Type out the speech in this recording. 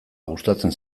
gustatzen